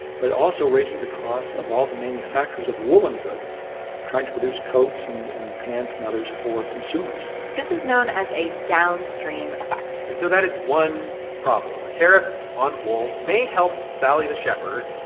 but it also raises the costs of all the manufacturers of woolen goods trying to produce coats and and pants and others for consumers this is known as a downstream effect and so that is one problem. a tariff on wool may help sally the shepherd,